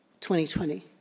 2020